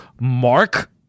Mark